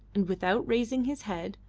and, without raising his head,